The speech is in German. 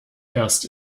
erst